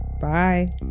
bye